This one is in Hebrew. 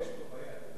יש פה בעיה.